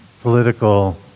political